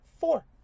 four